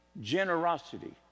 Generosity